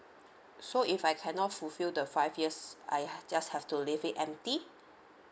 so if I cannot fulfill the five years I have just have to leave it empty